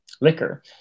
liquor